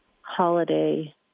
holiday